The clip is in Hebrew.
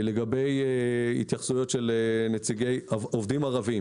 לגבי עובדים ערבים